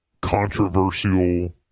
controversial